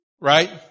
Right